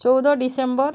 ଚଉଦ ଡିସେମ୍ବର